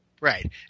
Right